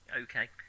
Okay